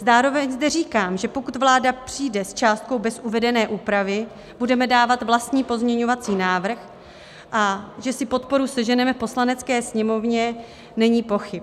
Zároveň zde říkám, že pokud vláda přijde s částkou bez uvedené úpravy, budeme dávat vlastní pozměňovací návrh a že si podporu sežene v Poslanecké sněmovně, není pochyb.